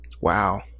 Wow